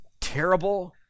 terrible